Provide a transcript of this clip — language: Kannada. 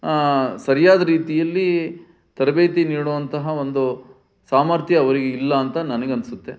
ಸರ್ಯಾದ ರೀತಿಯಲ್ಲಿ ತರಬೇತಿ ನೀಡುವಂತಹ ಒಂದು ಸಾಮರ್ಥ್ಯ ಅವ್ರಿಗೆ ಇಲ್ಲ ಅಂತ ನನಗ್ ಅನ್ನಿಸುತ್ತೆ